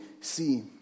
see